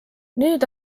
nüüd